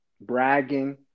bragging